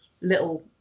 little